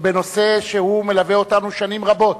בנושא שמלווה אותנו שנים רבות.